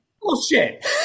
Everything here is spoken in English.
Bullshit